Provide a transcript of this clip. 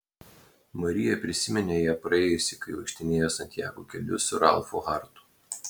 marija prisiminė ją praėjusi kai vaikštinėjo santjago keliu su ralfu hartu